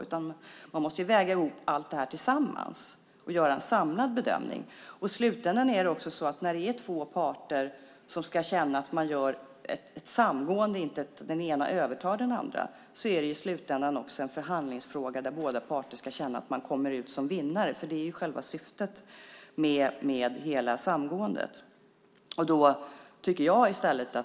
Man måste väga ihop allt detta och göra en samlad bedömning. När två parter ska känna att man gör ett samgående, inte att den ena övertar den andra, är det i slutänden en förhandlingsfråga där båda parter ska känna att man kommer ut som vinnare. Det är syftet med hela samgåendet.